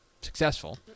successful